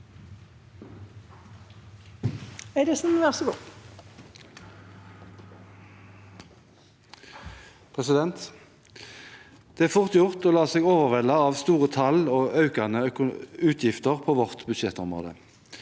Det er fort gjort å la seg overvelde av store tall og økende utgifter på vårt budsjettområde.